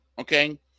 okay